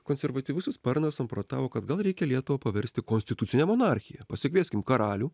konservatyvusis sparnas samprotavo kad gal reikia lietuvą paversti konstitucine monarchija pasikvieskim karalių